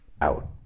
out